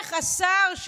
איך השר,